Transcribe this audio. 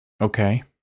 okay